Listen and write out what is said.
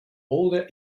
older